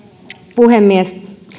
puhemies